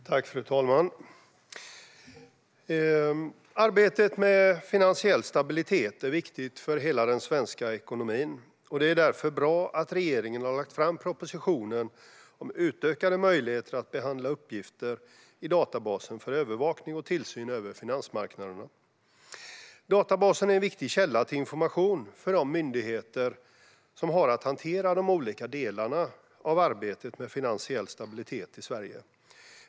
Utökade möjligheter att behandla uppgifter i databasen för övervakning av och tillsyn över finans-marknaderna Fru talman! Arbetet med finansiell stabilitet är viktigt för hela den svenska ekonomin, och det är därför bra att regeringen har lagt fram propositionen om utökade möjligheter att behandla uppgifter i databasen för övervakning av och tillsyn över finansmarknaderna. Databasen är en viktig källa till information för de myndigheter som har att hantera de olika delarna av arbetet med finansiell stabilitet i Sverige.